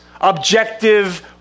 objective